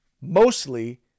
mostly